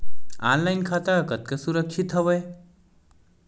Online खाता कतका सुरक्षित हवय?